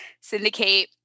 syndicate